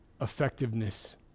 effectiveness